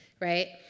right